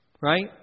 Right